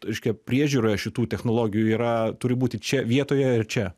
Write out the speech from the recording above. reiškia priežiūra šitų technologijų yra turi būti čia vietoje ir čia